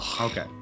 Okay